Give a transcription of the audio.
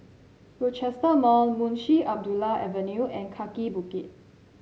Rochester Mall Munshi Abdullah Avenue and Kaki Bukit